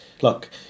Look